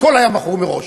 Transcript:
הכול היה מכור מראש,